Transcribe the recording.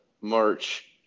March